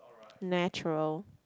natural